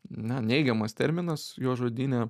na neigiamas terminas jo žodyne